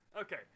Okay